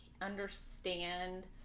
understand